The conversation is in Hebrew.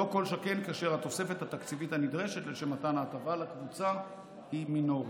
כל שכן כאשר התוספת התקציבית הנדרשת לשם מתן ההטבה לקבוצה היא מינורית.